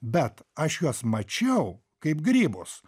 bet aš juos mačiau kaip grybus